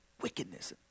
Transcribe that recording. Wickedness